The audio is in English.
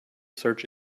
search